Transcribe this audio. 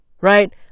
Right